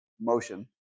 motion